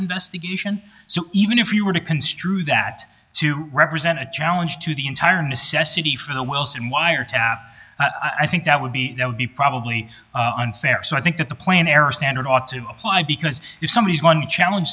investigation so even if you were to construe that to represent a challenge to the entire necessity for the wilson wiretap i think that would be that would be probably unfair so i think that the playing error standard ought to apply because somebody is one challenge